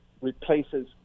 replaces